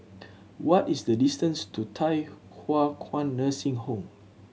what is the distance to Thye Hua Kwan Nursing Home